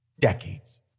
decades